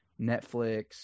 Netflix